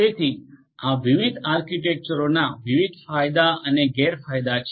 તેથી આ વિવિધ આર્કિટેક્ચરોના વિવિધ ફાયદા અને ગેરફાયદા છે